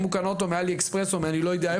הוא קנה אותו מעלי אקספרס או מאני לא יודע איפה.